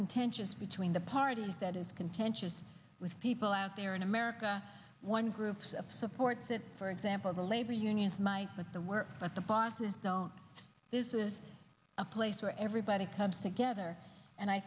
contentious between the parties that is contentious with people out there in america one groups of support said for example the labor unions might but the work that the bosses don't this is a place where everybody comes together and i